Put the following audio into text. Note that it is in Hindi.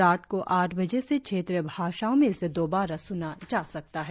रात को आठ बजे से क्षेत्रीय भाषाओं में इसे दोबारा सुना जा सकता है